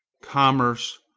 commerce,